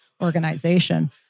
organization